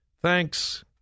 Thanks